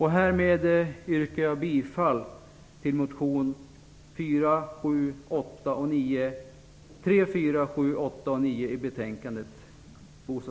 Härmed yrkar jag bifall till motionerna